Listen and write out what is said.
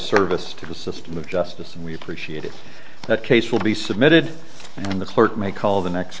service to the system of justice and we appreciate it that case will be submitted and the court may call the next